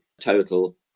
total